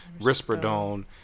Risperidone